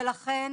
לכן,